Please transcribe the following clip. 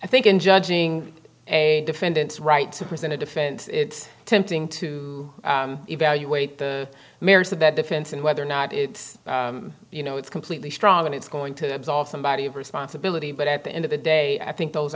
i think in judging a defendant's right to present a defense it's tempting to evaluate the merits of that defense and whether or not it's you know it's completely strong and it's going to absolve somebody of responsibility but at the end of the day i think those